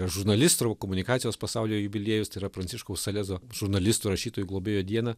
žurnalistų komunikacijos pasaulyje jubiliejus tai yra pranciškaus salezo žurnalistų ir rašytojų globėjo dieną